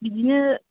बिदिनो